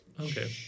Okay